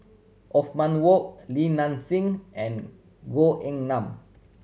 Othman Wok Li Nanxing and Goh Eng Han